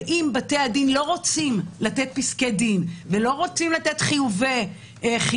ואם בתי הדין לא רוצים לתת פסקי דין ולא רוצים לתת חיוב גט,